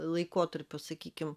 laikotarpio sakykim